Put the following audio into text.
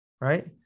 Right